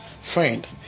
Friend